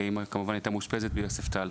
כי האימא היתה מאושפזת ביוספטל.